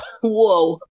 whoa